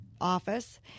office